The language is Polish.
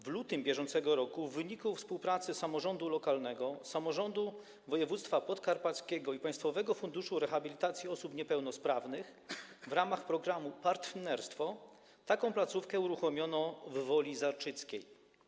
W lutym br. w wyniku współpracy samorządu lokalnego, samorządu województwa podkarpackiego i Państwowego Funduszu Rehabilitacji Osób Niepełnosprawnych w ramach programu: partnerstwo taką placówkę uruchomiono w Woli Zarczyckiej.